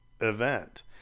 event